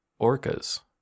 orcas